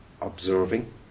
observing